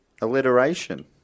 Alliteration